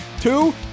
Two